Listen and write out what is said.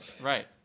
Right